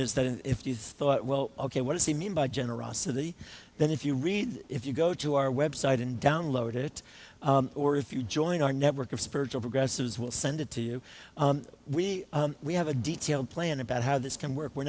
is that if you thought well ok what does he mean by generosity then if you read if you go to our website and download it or if you join our network of spiritual progress is we'll send it to you we we have a detailed plan about how this can work we're